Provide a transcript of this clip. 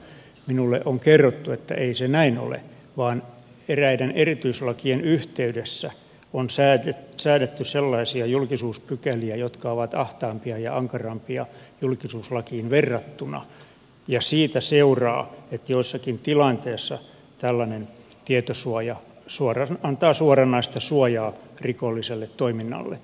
minulle on kerrottu että ei se näin ole vaan eräiden erityislakien yhteydessä on säädetty sellaisia julkisuuspykäliä jotka ovat ahtaampia ja ankarampia julkisuuslakiin verrattuna ja siitä seuraa että joissakin tilanteissa tällainen tietosuoja antaa suoranaista suojaa rikolliselle toiminnalle